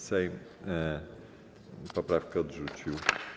Sejm poprawkę odrzucił.